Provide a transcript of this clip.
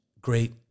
great